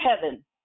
heaven